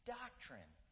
doctrine